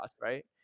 right